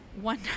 one